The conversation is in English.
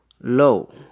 low